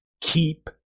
keep